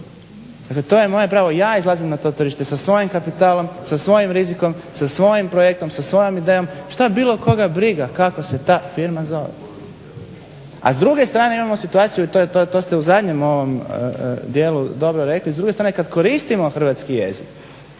Dakle, to je moje pravo. Ja izlazim na to tržište sa svojim kapitalom, sa svojim rizikom, sa svojim projektom, sa svojom idejom. Šta bilo koga briga kako se ta firma zove. A s druge strane imamo situaciju to ste u zadnjem ovom dijelu dobro rekli s druge strane kad koristimo hrvatski jezik